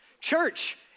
Church